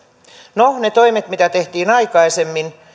no ne toimet mitä tehtiin aikaisemmin